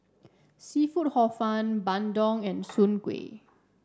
seafood Hor Fun Bandung and Soon Kway